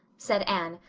said anne,